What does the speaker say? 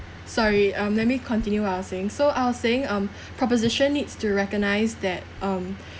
sorry um let me continue what I was saying so I was saying um proposition needs to recognise that um